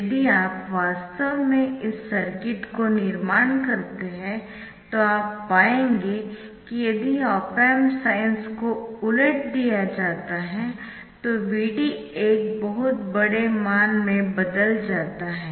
यदि आप वास्तव में इस सर्किट को निर्माण करते है तो आप पाएंगे कि यदि ऑप एम्प साइन्स को उलट दिया जाता है तो Vd एक बहुत बड़े मान में बदल जाता है